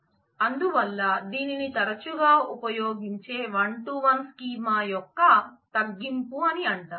అందువల్ల దీనిని తరచుగా ఉపయోగించే వన్ టూ వన్ స్కీమా యొక్క తగ్గింపు అని అంటారు